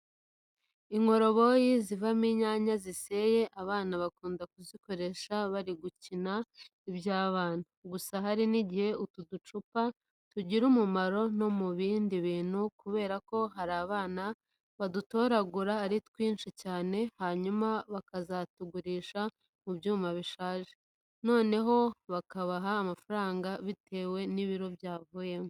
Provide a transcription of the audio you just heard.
Inkoroboyi zivamo inyanya ziseye abana bakunda kuzikoresha bari gukina iby'abana. Gusa hari igihe utu ducupa tugira umumaro no mu bindi bintu kubera ko hari n'abana badutoragura ari twinshi cyane hanyuma bakazatugurisha mu byuma bishaje, noneho bakabaha amafafaranga bitewe n'ibiro byavuyemo.